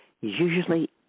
usually